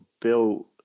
bill